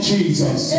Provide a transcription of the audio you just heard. Jesus